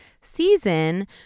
season